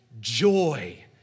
joy